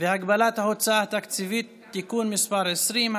והגבלת ההוצאה התקציבית (תיקון מס' 20),